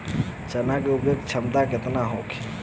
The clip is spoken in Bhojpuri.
चना के उपज क्षमता केतना होखे?